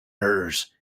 hers